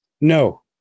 No